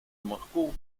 moscú